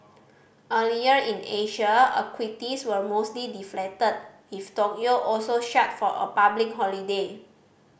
earlier in Asia equities were mostly deflated with Tokyo also shut for a public holiday